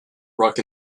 ruck